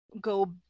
go